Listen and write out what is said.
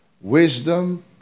wisdom